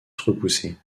repoussés